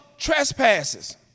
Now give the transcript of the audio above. trespasses